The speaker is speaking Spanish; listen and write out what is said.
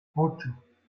ocho